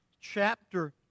chapter